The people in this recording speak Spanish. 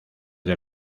del